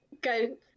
go